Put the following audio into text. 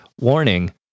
warning